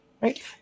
right